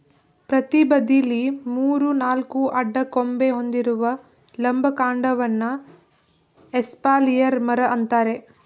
ಪ್ರತಿ ಬದಿಲಿ ಮೂರು ನಾಲ್ಕು ಅಡ್ಡ ಕೊಂಬೆ ಹೊಂದಿರುವ ಲಂಬ ಕಾಂಡವನ್ನ ಎಸ್ಪಾಲಿಯರ್ ಮರ ಅಂತಾರೆ